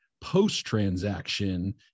post-transaction